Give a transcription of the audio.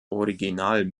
original